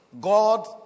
God